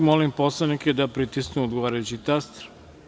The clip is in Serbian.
Molim poslanike da pritisnu odgovarajući taster.